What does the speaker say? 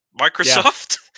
Microsoft